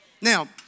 Now